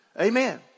Amen